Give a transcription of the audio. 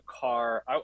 car